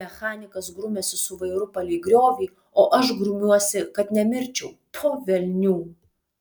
mechanikas grumiasi su vairu palei griovį o aš grumiuosi kad nemirčiau po velnių